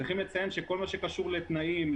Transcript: צריכים לציין שכל מה שקשור לתנאים,